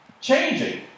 Changing